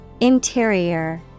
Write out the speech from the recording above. Interior